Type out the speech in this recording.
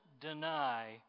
deny